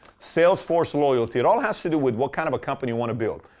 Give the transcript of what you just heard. sales force loyalty. it all has to do with what kind of a company you want to build.